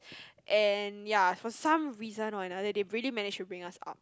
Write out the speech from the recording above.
and ya for some reason or another they really manage to bring us up